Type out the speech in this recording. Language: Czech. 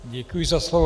Děkuji za slovo.